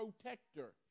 protector